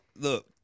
Look